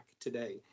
today